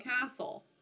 Castle